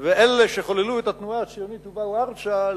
ואלה שחוללו את התנועה הציונית ובאו ארצה,